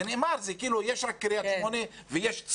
יש רק את קריית שמונה וצפת.